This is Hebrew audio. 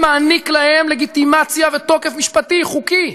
מעניק להן לגיטימציה ותוקף משפטי חוקי.